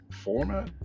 format